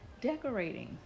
decorating